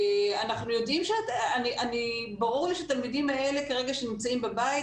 ברור לי שהתלמידים האלה כרגע שנמצאים בבית,